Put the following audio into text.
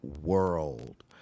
world